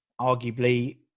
arguably